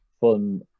fun